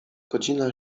godzina